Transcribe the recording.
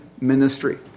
ministry